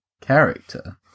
character